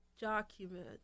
document